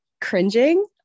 cringing